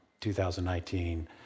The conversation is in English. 2019